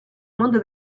mondo